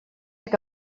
que